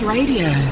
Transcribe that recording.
Radio